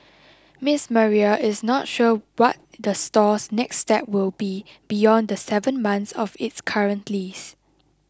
Ms Maria is not sure what the store's next step will be beyond the seven months of its current lease